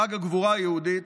חג הגבורה היהודית,